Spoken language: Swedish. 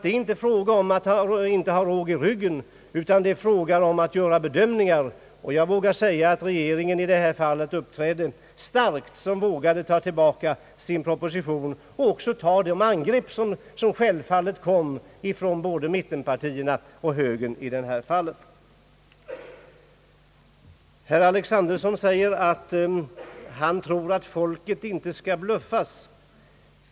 Det är inte fråga om att inte ha råg i ryggen, utan om att göra bedömningar. Och jag vågar säga att regeringen i detta fall uppträde starkt när den vågade ta tillbaka sin proposition och också ta emot de angrepp som självfallet kom från både mittenpartierna och högern. Herr Alexanderson säger att han tror att folket inte skall bluffas.